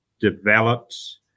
developed